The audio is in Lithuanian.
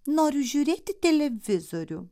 noriu žiūrėti televizorių